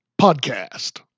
podcast